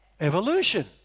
evolution